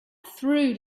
through